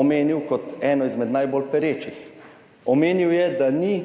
omenil kot eno izmed najbolj perečih. Omenil je, da ni